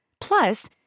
Plus